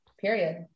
Period